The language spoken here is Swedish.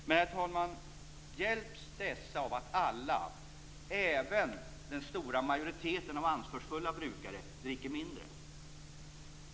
Men, herr talman, hjälps dessa av att alla, även den stora majoriteten av ansvarsfulla brukare, dricker mindre?